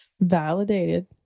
validated